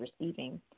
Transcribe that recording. receiving